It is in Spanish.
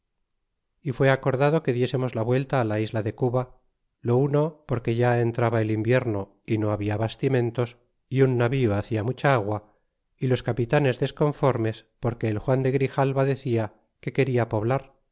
y fué acordado que diesemos la vuelta la isla de cuba lo uno porque ya entraba el invierno y no habia bastimentos é un navío hacia mucha agua y los capitanes desconformes porque el juan de grijalva decia que quena poblar